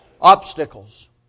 obstacles